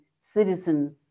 citizen